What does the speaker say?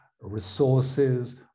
resources